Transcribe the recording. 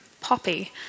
poppy